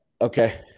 Okay